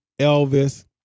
Elvis